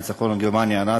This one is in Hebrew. יום הניצחון על גרמניה הנאצית,